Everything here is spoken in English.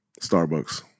Starbucks